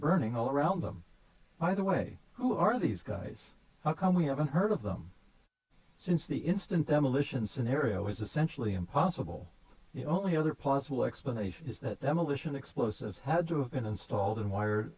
burning all around them by the way who are these guys how come we haven't heard of them since the instant demolition scenario is essentially impossible the only other possible explanation is that demolition explosives had to have been installed in wire